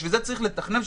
בשביל זה צריך לתכנן,